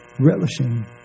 relishing